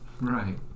Right